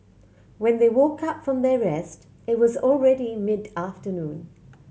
when they woke up from their rest it was already mid afternoon